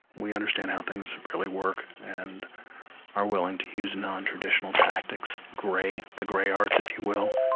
we understand how things really work and are willing to use non-traditional tactics, gray the grey arts, if you will.